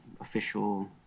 official